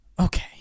Okay